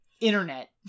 internet